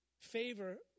Favor